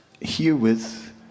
herewith